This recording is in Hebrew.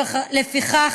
לפיכך,